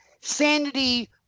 Sanity